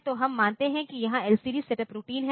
तो हम मानते हैं कि यहाँ एलसीडी सेटअप रूटीन है